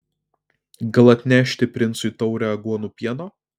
gal atnešti princui taurę aguonų pieno